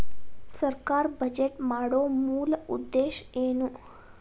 ಸರ್ಕಾರ್ ಬಜೆಟ್ ಮಾಡೊ ಮೂಲ ಉದ್ದೇಶ್ ಏನು?